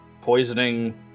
Poisoning